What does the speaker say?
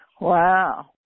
Wow